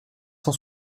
cent